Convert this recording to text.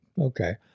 Okay